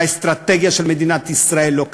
והאסטרטגיה של מדינת ישראל לא קיימת.